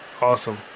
awesome